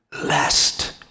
lest